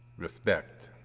respect,